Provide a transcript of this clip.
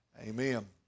amen